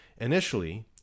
Initially